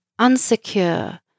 unsecure